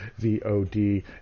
VOD